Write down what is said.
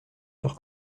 sur